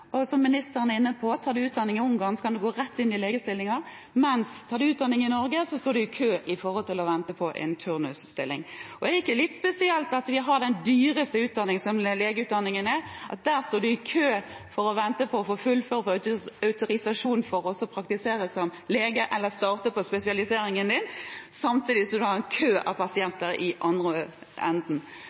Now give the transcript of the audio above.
og, som ministeren er inne på, tar man utdanning i Ungarn, kan man gå rett inn i legestillinger, mens tar man utdanning i Norge, står man i kø og venter på en turnusstilling. Er det ikke litt spesielt at med den dyreste utdanningen, som legeutdanningen er, står man i kø og venter for å få fullføre og få autorisasjon for å praktisere som lege eller starte på spesialiseringen sin, samtidig som man har en kø av pasienter i andre enden?